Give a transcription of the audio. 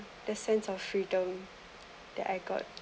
the sense of freedom that I got